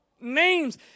names